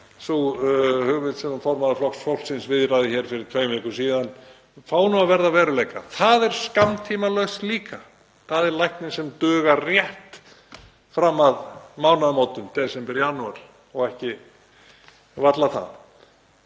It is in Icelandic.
sú hugmynd sem formaður Flokks fólksins viðraði hér fyrir tveimur vikum fái að verða að veruleika. Það er skammtímalausn líka. Það er lækning sem dugar rétt fram að mánaðamótum desember/janúar og varla það.